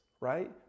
right